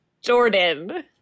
Jordan